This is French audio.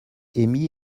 amy